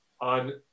on